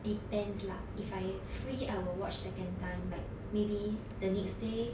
depends lah if I free I will watch second time like maybe the next day